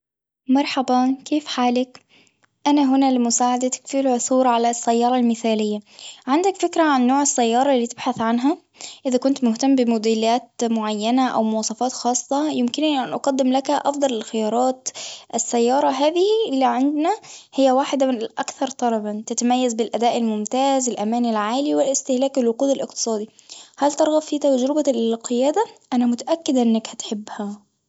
مرحبا كيف حالك؟ أنا هنا لمساعدتك في العثور على السيارة المثالية، عندك فكرة عن نوع السيارة اللي تبحث عنها اذا كنت مهتم بموديلات معينة او مواصفات خاصة؟ يمكنني أن أقدم لك أفضل الخيارات، السيارة هذه اللي عندنا هي واحدة من الأكثر طلبًا تتميز بالآداء الممتاز الأمان العالي والاستهلاك الوقود الاقتصادي، هل ترغب في تجربة القيادة؟ أنا متأكدة إنك هتحبها.